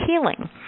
healing